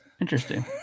Interesting